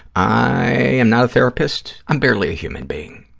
i am not a therapist. i'm barely a human being.